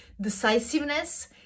decisiveness